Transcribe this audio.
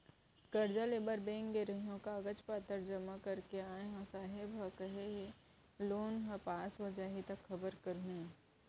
करजा लेबर बेंक गे रेहेंव, कागज पतर जमा कर के आय हँव, साहेब ह केहे हे लोन ह पास हो जाही त खबर करहूँ